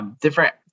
different